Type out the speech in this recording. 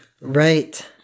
Right